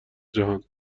جهان